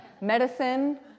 medicine